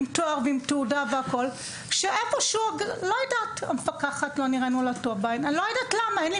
ואני לא יודעת אפילו למה אין לי מושג,